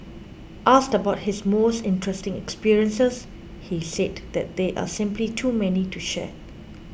asked about his most interesting experiences he said that there are simply too many to share